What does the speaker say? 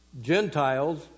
Gentiles